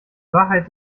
wahrheit